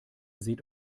seht